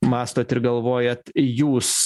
mąstot ir galvojat jūs